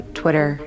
twitter